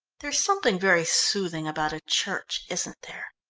there's something very soothing about a church, isn't there?